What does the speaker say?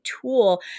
tool